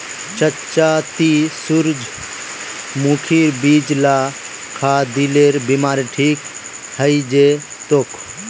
चच्चा ती सूरजमुखीर बीज ला खा, दिलेर बीमारी ठीक हइ जै तोक